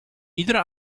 iedere